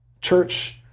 church